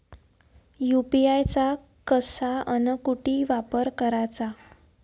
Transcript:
UPI चा कसा अन कुटी वापर कराचा?